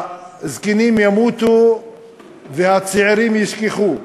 הזקנים ימותו והצעירים ישכחו.